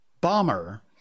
bomber